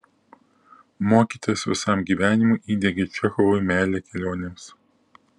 mokytojas visam gyvenimui įdiegė čechovui meilę kelionėms